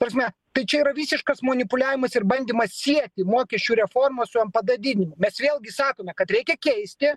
prasme tai čia yra visiškas manipuliavimas ir bandymas siekti mokesčių reformą su npd didinimu mes vėlgi sakome kad reikia keisti